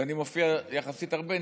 ואני מופיע יחסית הרבה,